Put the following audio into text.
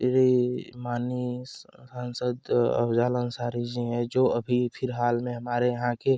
अरे माननीय सांसद अफ़जाल अंसारी जी हैं जो अभी फिलहाल में हमारे यहाँ के